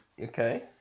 Okay